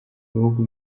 bihugu